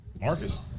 Marcus